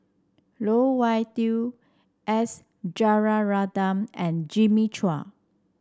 Loh Wai Kiew S Rajaratnam and Jimmy Chua